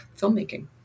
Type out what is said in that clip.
filmmaking